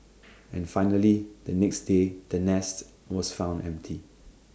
and finally the next day the nest was found empty